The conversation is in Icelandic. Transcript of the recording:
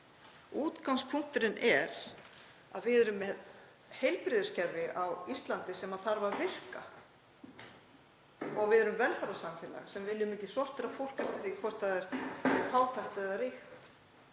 Útgangspunkturinn er að við erum með heilbrigðiskerfi á Íslandi sem þarf að virka og við erum velferðarsamfélag og viljum ekki sortera fólk eftir því hvort það er fátækt eða ríkt.